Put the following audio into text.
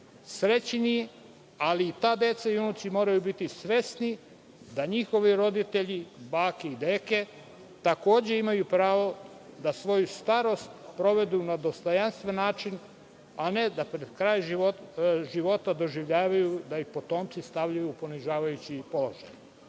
srećniji, ali i ta deca i unuci moraju biti svesni da njihovi roditelji, bake i deke takođe imaju pravo da svoju starost provedu na dostojanstven način, a ne da pred kraj života doživljavaju da ih potomci stavljaju u ponižavajući položaj. Zbog